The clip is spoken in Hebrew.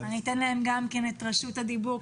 אני אתן להם את רשותך הדיבור.